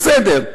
בסדר,